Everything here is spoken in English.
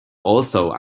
also